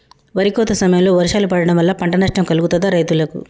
వరి కోత సమయంలో వర్షాలు పడటం వల్ల పంట నష్టం కలుగుతదా రైతులకు?